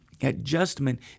adjustment